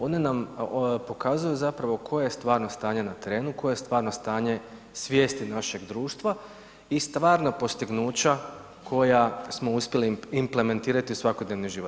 One nam pokazuju zapravo koje je stvarno stanje na terenu, koje je stvarno stanje svijesti našeg društva i stvarno postignuća koja smo uspjeli implementirati u svakodnevni život.